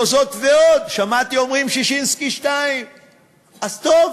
לא זאת ועוד, שמעתי שאומרים "ששינסקי 2". אז טוב,